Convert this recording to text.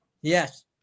Yes